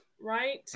Right